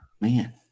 man